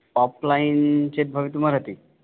offline चेद् भवितुमर्हति